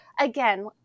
again